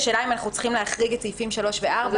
השאלה אם אנחנו צריכים להחריג את סעיפים 3 ו-4.